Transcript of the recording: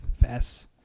fess